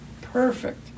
Perfect